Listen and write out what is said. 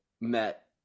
met